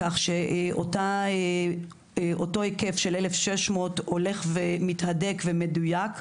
כך שאותו היקף של 1,600 הולך ומתהדק ומדויק,